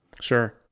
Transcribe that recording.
Sure